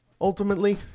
ultimately